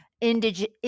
Indigenous